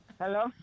hello